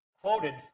quoted